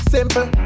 Simple